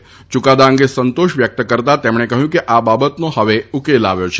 યૂકાદા અંગે સંતોષ વ્યક્ત કરતાં તેમણે કહ્યું કે આ બાબતનો હવે ઉકેલ આવ્યો છે